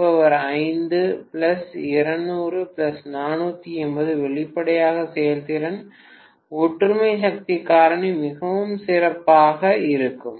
480 வெளிப்படையாக செயல்திறன் ஒற்றுமை சக்தி காரணி மிகவும் சிறப்பாக இருக்கும்